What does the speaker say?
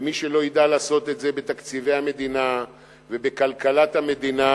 ומי שלא ידע לעשות את זה בתקציבי המדינה ובכלכלת המדינה,